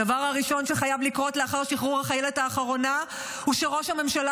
הדבר הראשון שחייב לקרות לאחר שחרור החיילת האחרונה הוא שראש הממשלה